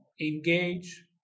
engage